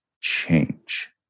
change